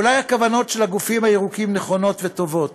אולי הכוונות של הגופים הירוקים נכונות וטובות,